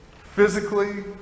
physically